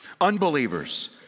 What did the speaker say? unbelievers